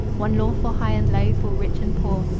one law for high and low, for rich and poor.